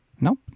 Nope